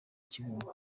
kibungo